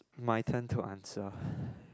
my turn to answer